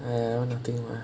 ya that [one] nothing lah